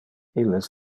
illes